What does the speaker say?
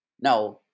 Now